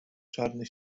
czarny